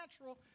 natural